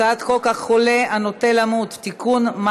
הצעת חוק החולה הנוטה למות (תיקון,